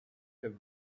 have